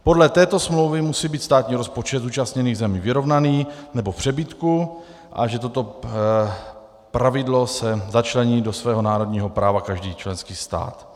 Podle této smlouvy musí být státní rozpočet zúčastněných zemí vyrovnaný nebo v přebytku, a že toto pravidlo si začlení do svého národního práva každý členský stát.